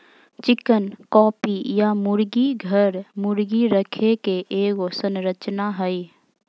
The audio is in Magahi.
चिकन कॉप या मुर्गी घर, मुर्गी रखे के एगो संरचना हइ